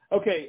Okay